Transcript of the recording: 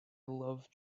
love